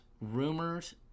Rumors